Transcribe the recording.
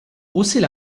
haussait